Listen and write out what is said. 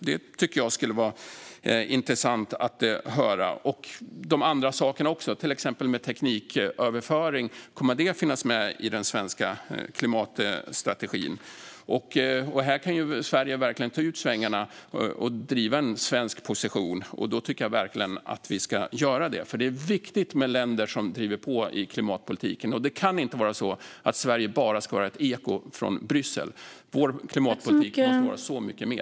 Det tycker jag skulle vara intressant att höra. Och kommer de andra sakerna, till exempel tekniköverföring, att finnas med i den svenska klimatstrategin? Här kan Sverige verkligen ta ut svängarna och driva en svensk position. Jag tycker verkligen att vi ska göra det, för det är viktigt med länder som driver på i klimatpolitiken. Det kan inte vara så att Sverige bara ska vara ett eko av Bryssel. Vår klimatpolitik måste vara så mycket mer.